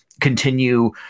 continue